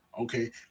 okay